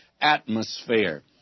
atmosphere